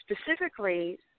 specifically